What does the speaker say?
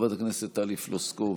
חברת הכנסת טלי פלוסקוב,